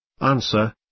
Answer